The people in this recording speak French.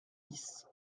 dix